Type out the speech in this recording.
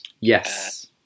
Yes